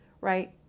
right